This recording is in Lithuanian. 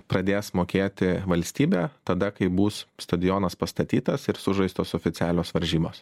pradės mokėti valstybė tada kai bus stadionas pastatytas ir sužaistos oficialios varžybos